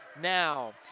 now